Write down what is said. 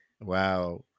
wow